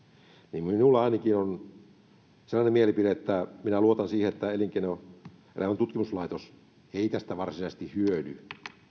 niin minulla ainakin on sellainen mielipide että minä luotan siihen että elinkeinoelämän tutkimuslaitos ei tästä varsinaisesti hyödy